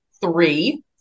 three